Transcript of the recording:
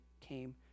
came